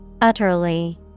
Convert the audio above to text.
Utterly